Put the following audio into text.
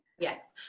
Yes